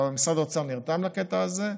משרד האוצר נרתם לקטע הזה,